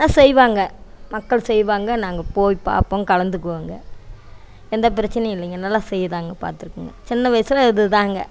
ஆனால் செய்வாங்க மக்கள் செய்வாங்க நாங்கள் போய் பார்ப்போம் கலந்துக்குவோம்ங்க எந்த பிரச்சனையும் இல்லைங்க நல்லா செய்தாங்க பாத்திருக்கோங்க சின்ன வயசில் இதுதாங்க